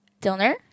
Dilner